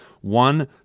One